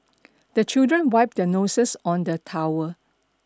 the children wipe their noses on the towel